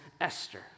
Esther